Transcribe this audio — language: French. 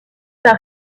par